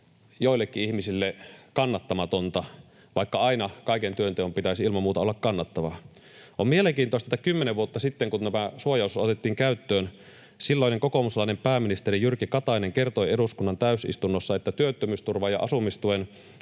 joillekin ihmisille kannattamatonta, vaikka aina kaiken työnteon pitäisi ilman muuta olla kannattavaa. On mielenkiintoista, että kymmenen vuotta sitten, kun tämä suojaosuus otettiin käyttöön, silloinen kokoomuslainen pääministeri Jyrki Katainen kertoi eduskunnan täysistunnossa, että työttömyysturvan ja asumistuen